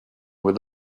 where